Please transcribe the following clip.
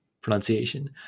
pronunciation